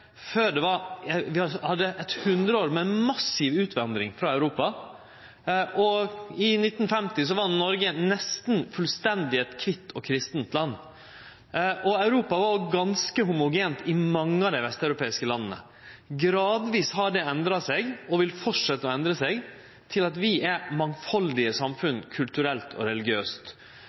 før vi hadde eit hundreår med massiv utvandring frå Europa. I 1950 var Noreg eit nesten fullstendig kvitt og kristent land. Mange av dei vesteuropeiske landa i Europa var òg ganske homogene. Det har endra seg gradvis, og det vil fortsetje å endre seg til vi vert mangfaldige samfunn kulturelt og